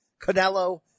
Canelo